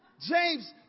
James